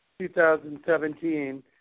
2017